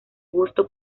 gusto